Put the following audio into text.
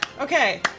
Okay